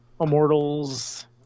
Immortals